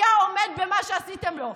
היה עומד במה שעשיתם לו?